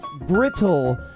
brittle